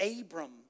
Abram